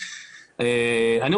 אז הכל